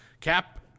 Cap